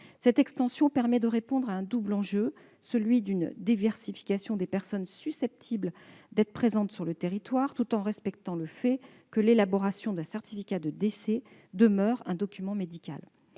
Cette extension permet de répondre à un double enjeu : celui d'une diversification des personnes susceptibles d'être présentes sur le territoire tout en respectant le caractère médical d'un certificat de décès. L'établissement de